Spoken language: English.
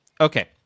Okay